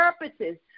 purposes